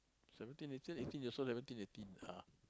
seventeen eighteen eighteen years old never turn eighteen